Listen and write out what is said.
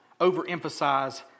overemphasize